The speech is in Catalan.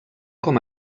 com